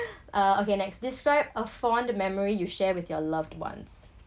uh okay next describe a fond memory you share with your loved ones